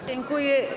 Dziękuję.